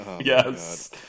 Yes